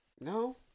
no